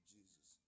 Jesus